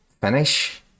finish